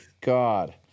God